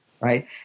right